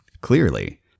clearly